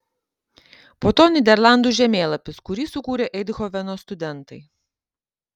po to nyderlandų žemėlapis kurį sukūrė eindhoveno studentai